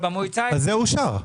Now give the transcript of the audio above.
--- זה אושר.